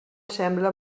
sembla